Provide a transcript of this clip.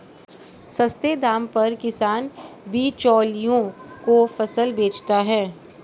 सस्ते दाम पर किसान बिचौलियों को फसल बेचता है